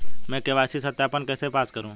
मैं के.वाई.सी सत्यापन कैसे पास करूँ?